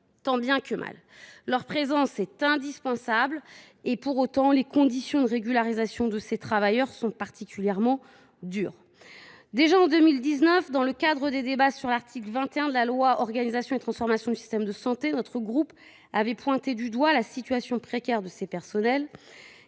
tant bien que mal. Alors que leur présence est indispensable, les conditions de régularisation de ces travailleurs sont particulièrement dures. Déjà, en 2019, dans le cadre des débats sur l’article 21 de la loi relative à l’organisation et la transformation du système de santé, notre groupe avait souligné la situation précaire de ces personnels.